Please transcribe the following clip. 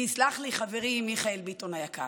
ויסלח לי חברי מיכאל ביטון היקר,